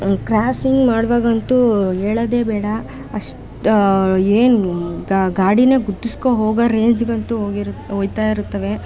ಅದು ಕ್ರಾಸ್ಸಿಂಗ್ ಮಾಡುವಾಗಂತೂ ಹೇಳೋದೇ ಬೇಡ ಅಷ್ಟು ಏನು ಗಾಡಿಯೇ ಗುದ್ದಿಸಿಕೋ ಹೋಗೋ ರೇಂಜಿಗಂತೂ ಹೋಗಿರು ಹೋಯ್ತಾ ಇರುತ್ತವೆ